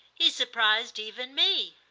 he surprised even me.